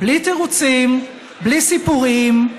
בלי תירוצים, בלי סיפורים,